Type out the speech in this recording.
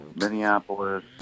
Minneapolis